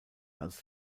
als